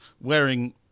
wearing